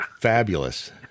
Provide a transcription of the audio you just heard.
fabulous